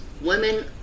women